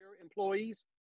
employees